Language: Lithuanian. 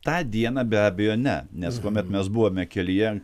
tą dieną be abejo ne nes tuomet mes buvome kelyje